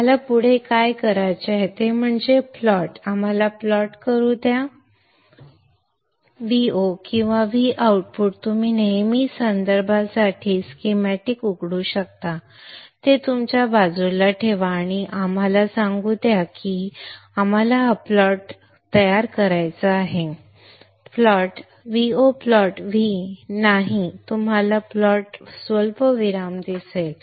आम्हाला पुढे काय करायचे आहे ते म्हणजे प्लॉट आम्हाला प्लॉट करू द्या Vo किंवा V आउटपुट तुम्ही नेहमी संदर्भासाठी स्कीमॅटिक उघडू शकता ते तुमच्या बाजूला ठेवा आणि आम्हाला सांगू द्या की आम्हाला हा प्लॉट प्लॉट करायचा आहे Vo प्लॉट V नाही तुम्हाला प्लॉट स्वल्पविराम दिसेल